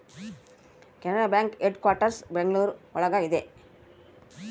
Canara bank headquarters Bengaluru ಒಳಗ ಇದೆ